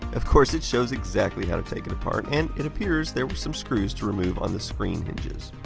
of course, it shows exactly how to take it apart, and it appears there were some screws to remove on the screen hinges.